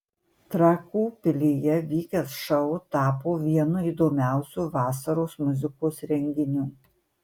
trakų pilyje vykęs šou tapo vienu įdomiausių vasaros muzikos renginių